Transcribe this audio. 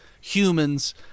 humans